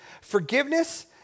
forgiveness